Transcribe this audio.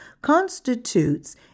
constitutes